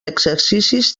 exercicis